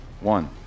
one